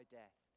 death